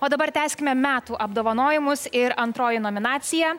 o dabar tęskime metų apdovanojimus ir antroji nominacija